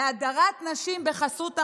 להדרת נשים בחסות החוק,